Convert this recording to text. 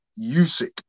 Usyk